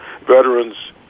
veterans